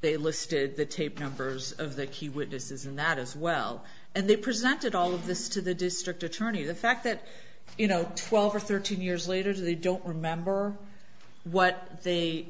they listed the tape numbers of the key witnesses in that as well and they presented all of this to the district attorney the fact that you know twelve or thirteen years later they don't remember what they